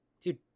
Dude